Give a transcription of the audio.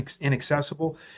inaccessible